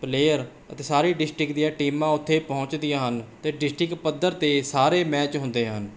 player ਅਤੇ ਸਾਰੇ district ਦੀਆਂ ਟੀਮਾਂ ਉੱਥੇ ਪਹੁੰਚਦੀਆਂ ਹਨ ਅਤੇ ਡਿਸਟਿਕ ਪੱਧਰ 'ਤੇ ਸਾਰੇ ਮੈਚ ਹੁੰਦੇ ਹਨ